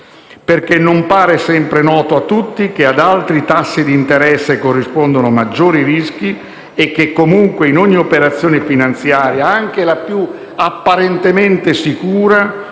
rischio. Non pare sempre noto a tutti, infatti, che ad alti tassi d'interesse corrispondono maggiori rischi e che comunque, in ogni operazione finanziaria, anche quella apparentemente più sicura,